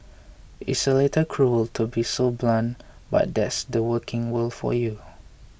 it's a little cruel to be so blunt but that's the working world for you